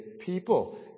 people